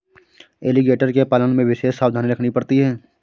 alligator के पालन में विशेष सावधानी रखनी पड़ती है